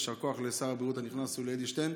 יישר כוח לשר הבריאות הנכנס יולי אדלשטיין,